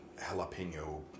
jalapeno